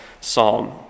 psalm